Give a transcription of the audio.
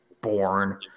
born